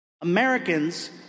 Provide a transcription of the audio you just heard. Americans